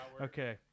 Okay